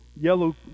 yellow